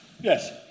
Yes